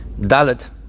dalit